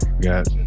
got